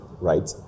right